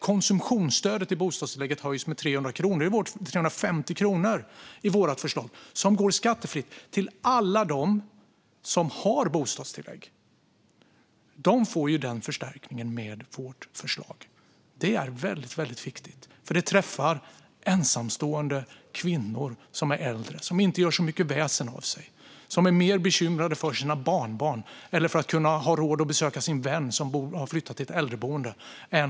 Konsumtionsstödet i bostadstillägget höjs i vårt förslag med 350 kronor. Det går skattefritt till alla dem som har bostadstillägg. De får den förstärkningen med vårt förslag. Det är väldigt viktigt. Det träffar nämligen ensamstående äldre kvinnor, som inte gör så mycket väsen av sig. De är mer bekymrade över sina barnbarn eller över att ha råd att besöka sin vän som har flyttat till ett äldreboende.